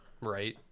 Right